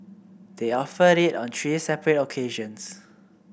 they offered it on three separate occasions